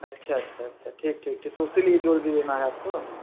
अच्छा अच्छा अच्छा ठीक ठीक ठीक तो उसी लिए ज्वेलरी लेना है आपको